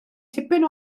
tipyn